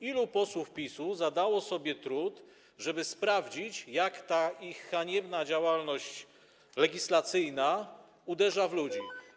Ilu posłów PiS-u zadało sobie trud, żeby sprawdzić, jak ta ich haniebna działalność legislacyjna uderza w ludzi?